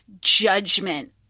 judgment